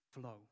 flow